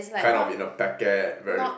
kind of in a packet very